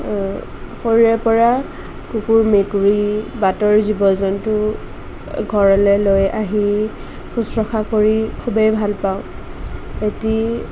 সৰুৰে পৰা কুকুৰ মেকুৰী বাটৰ জীৱ জন্তু ঘৰলৈ লৈ আহি শুশ্ৰূষা কৰি খুবেই ভাল পাওঁ এটি